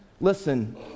Listen